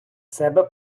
себе